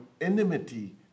enmity